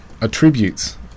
attributes